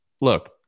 look